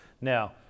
Now